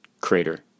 crater